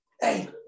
Hey